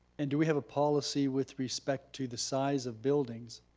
and do we have a policy with respect to the size of buildings